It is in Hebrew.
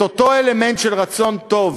את אותו אלמנט של רצון טוב